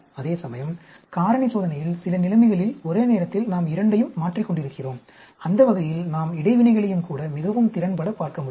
அதேசமயம் காரணி சோதனையில் சில நிலைமைகளில் ஒரே நேரத்தில் நாம் இரண்டையும் மாற்றிக் கொண்டிருக்கிறோம் அந்த வகையில் நாம் இடைவினைகளையும் கூட மிகவும் திறன்பட பார்க்க முடியும்